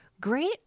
Great